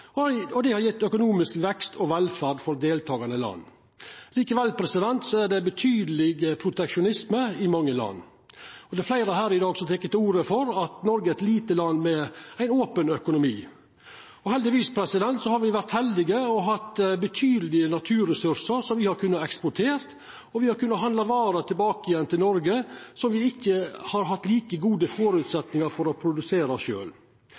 ressursar, og det har gjeve økonomisk vekst og velferd for deltakande land. Likevel er det betydeleg proteksjonisme i mange land. Det er fleire her i dag som har teke til orde for at Noreg er eit lite land med ein open økonomi. Heldigvis har me vore heldige og hatt betydelege naturressursar som me har kunna eksportert, og me har kunna handla varer tilbake igjen til Noreg som me ikkje har hatt like gode føresetnader for å produsera